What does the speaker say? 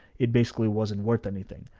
it basically wasn't worth anything,